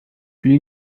puis